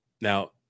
Now